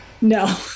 No